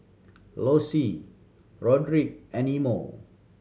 Lossie Roderick and Imo